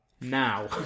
Now